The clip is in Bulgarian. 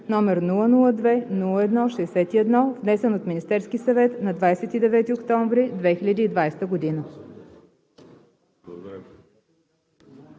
г., № 002-01-61, внесен от Министерския съвет на 29 октомври 2020 г.“